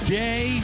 day